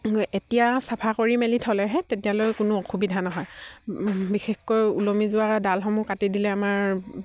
এতিয়া চাফা কৰি মেলি থ'লেহে তেতিয়ালৈ কোনো অসুবিধা নহয় বিশেষকৈ ওলমি যোৱা ডালসমূহ কাটি দিলে আমাৰ